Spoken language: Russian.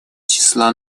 числа